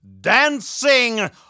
dancing